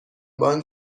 بانک